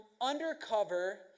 undercover